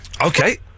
Okay